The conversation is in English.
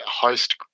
host